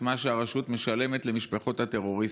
מה שהרשות משלמת למשפחות הטרוריסטים.